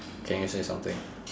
can you say something